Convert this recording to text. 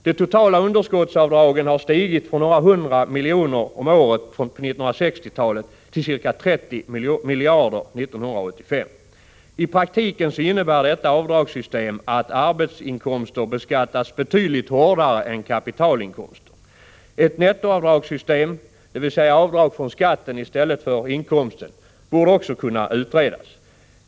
De totala underskottsavdragen har stigit från några hundra miljoner om året på 1960-talet till ca 30 miljarder 1985. I praktiken innebär detta avdragssystem att arbetsinkomster beskattas betydligt hårdare än kapitalinkomster. Ett nettoavdragssystem, dvs. avdrag på skatten i stället för på inkomsten, bör också kunna utredas.